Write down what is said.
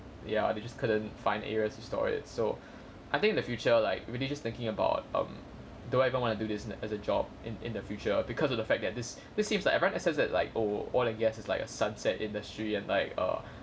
ya they just couldn't find areas to store it so I think the future like really just thinking about um don't even want to do this as a job in in the future because of the fact that this this seems like everyone assess that like oh oil and gas it's just like a sunset industry and like err